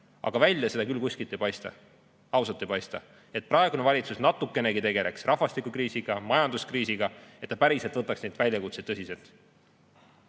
Aga välja seda küll kuskilt ei paista, ausalt ei paista, et praegune valitsus natukenegi tegeleks rahvastikukriisiga, majanduskriisiga, et ta päriselt võtaks neid väljakutseid tõsiselt.